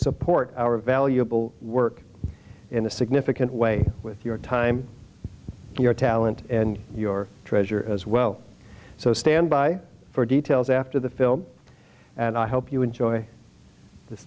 support our valuable work in a significant way with your time your talent and your treasure as well so stand by for details after the film and i hope you enjoy th